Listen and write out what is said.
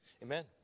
Amen